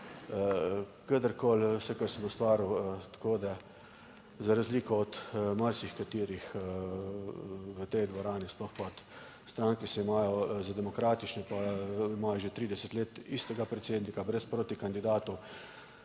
kadarkoli, vse kar sem ustvaril. Tako da za razliko od marsikaterih v tej dvorani, sploh pa od strank, ki se imajo za demokratične, pa imajo že 30 let istega predsednika brez proti kandidatov.